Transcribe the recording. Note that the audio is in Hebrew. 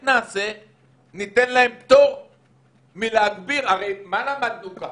עשינו כבר פיילוטים של בדיקות סרולוגיות.